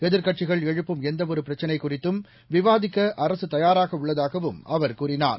எதிர்க்கட்சிகள் எழுப்பும் எந்த ஒருபிரச்சினை குறித்தும் விவாதிக்க அரசு தயாராக உள்ளதாகவும் அவர் கூறினார்